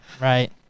Right